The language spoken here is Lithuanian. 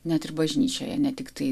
net ir bažnyčioje ne tiktai